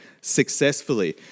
successfully